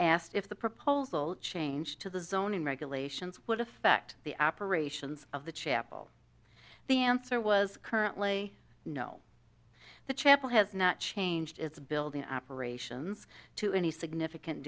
asked if the proposal change to the zoning regulations would affect the operations of the chapel the answer was currently no the chapel has not changed its building operations to any significant